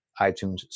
iTunes